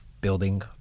building